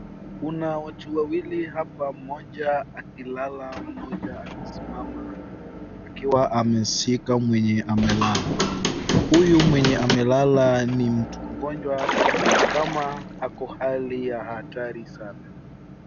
Kuna watu wawili hapa, mmoja akilala, mmoja akisimama akiwa ameshika mwenye amelala. Huyu mwenye amelala ni mtu mgonjwa ni kama ako hali ya hatari sana.